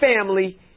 family